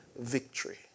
victory